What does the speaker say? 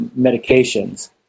medications